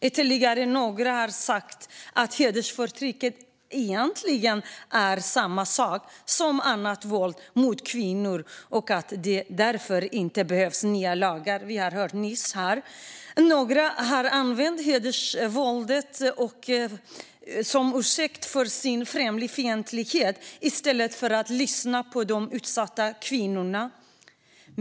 Ytterligare några har sagt att hedersförtryck egentligen är samma sak som annat våld mot kvinnor och att det därför inte behövs nya lagar; vi hörde det nyss här. Några har använt hedersvåldet som ursäkt för sin främlingsfientlighet i stället för att lyssna på de utsatta kvinnorna.